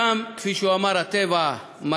כפי שהוא אמר: הטבע,